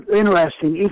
interesting